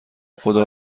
خدا